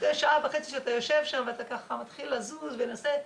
אחרי שעה וחצי שאתה יושב שם ואתה ככה מתחיל לזוז ולהבין,